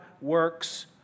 works